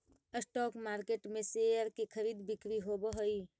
stock market में share के खरीद बिक्री होवऽ हइ